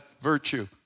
virtue